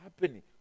happening